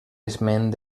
esment